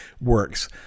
works